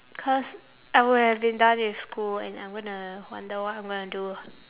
cause I would have been done with school and I'm gonna wonder what I'm gonna do